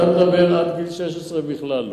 אתה אומר שעד גיל 16 בכלל לא,